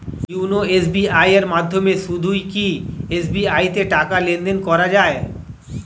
YONO SBI এর মাধ্যমে শুধুই কি এস.বি.আই তে টাকা লেনদেন করা যায়?